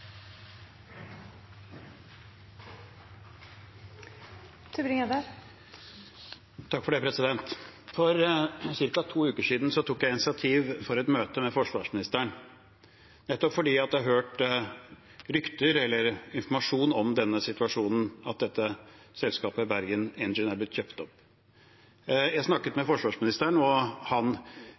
For ca. to uker siden tok jeg initiativ til et møte med forsvarsministeren nettopp fordi jeg hadde hørt rykter eller informasjon om denne situasjonen, at dette selskapet Bergen Engines er blitt kjøpt opp. Jeg snakket med forsvarsministeren og han